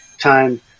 time